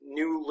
new